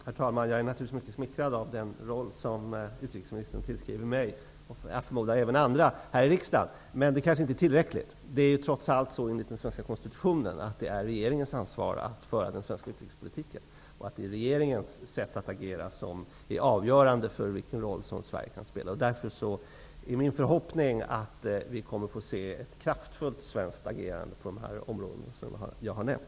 Herr talman! Jag är naturligtvis mycket smickrad av att utrikesministern tillskriver mig, och jag förmodar även andra här i riksdagen, denna roll. Men det kanske inte är tillräckligt. Enligt den svenska konstitutionen ankommer det trots allt på regeringens ansvar att föra den svenska utrikespolitiken. Det är regeringens sätt att agera som är avgörande för vilken roll som Sverige kan spela. Därför är min förhoppning att vi kommer att få se ett kraftfullt svenskt agerande på de områden som jag har nämnt.